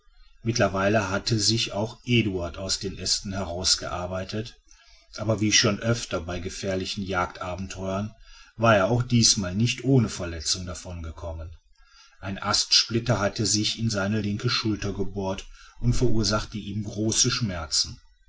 mittlerweile hatte sich auch eduard aus den ästen herausgearbeitet aber wie schon öfter bei gefährlichen jagdabenteuern war er auch diesmal nicht ohne verletzung davongekommen ein astsplitter hatte sich in seine linke schulter gebohrt und verursachte ihm große schmerzen